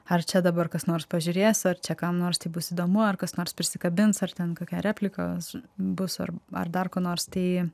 ar čia dabar kas nors pažiūrės ar čia kam nors tai bus įdomu ar kas nors prisikabins ar ten kokią repliką busar ar dar ko nors tai